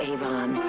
Avon